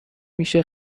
میشه